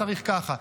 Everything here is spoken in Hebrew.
צריך ככה.